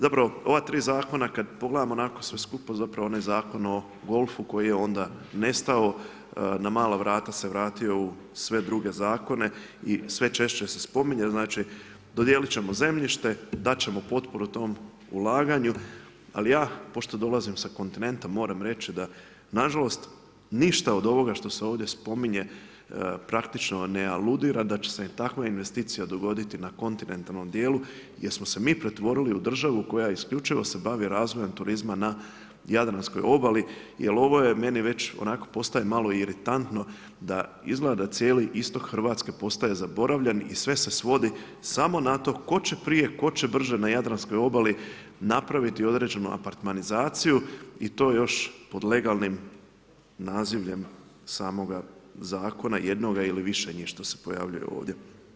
Zapravo ova tri zakona kad pogledamo onako sve skupa, onaj zakon o golfu koji je onda nestao, na mala vrata se vratio u sve druge zakone i sve češće se spominje, znači dodijelit ćemo zemljište, dat ćemo potporu tom ulaganju ali ja pošto dolazim sa kontinenta moram reći da nažalost ništa odo ovoga štose ovdje spominje praktično ne aludira da će se takva investicija dogoditi na kontinentalnom djelu jer smo se mi pretvorili u državu koja isključivo se bavim razvojem turizma na jadranskoj obali jer ovo meni već onako postaje malo iritantno da izgleda da cijeli istok Hrvatske postaje zaboravljen i sve se svodi samo na to tko će prije, tko će brže na jadranskoj obali napraviti određenu apartmanizaciju i to još pod legalnim nazivljem samoga zakona, jednoga ili više njih što se pojavljuje ovdje.